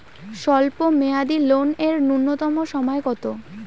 স্বল্প মেয়াদী লোন এর নূন্যতম সময় কতো?